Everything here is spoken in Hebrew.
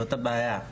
זאת הבעיה,